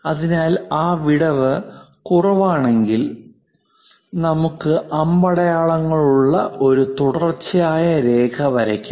അതിനാൽ ആ വിടവ് കുറവാണെങ്കിൽ നമുക്ക് അമ്പടയാളങ്ങളുള്ള ഒരു തുടർച്ചയായ രേഖ വരയ്ക്കാം